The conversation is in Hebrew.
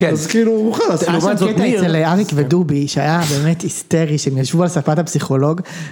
אז כאילו הוא חסר, לעומת זאת אצל אריק ודובי שהיה באמת היסטרי, שהם ישבו על שפת הפסיכולוג.